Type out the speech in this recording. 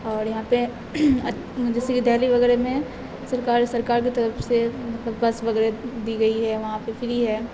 اور یہاں پہ جیسے کہ دہلی وغیرہ میں سرکار سرکار کی طرف سے مطلب بس وغیرہ دی گئی ہے وہاں پہ فری ہے